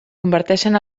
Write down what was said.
converteixen